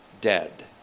dead